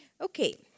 Okay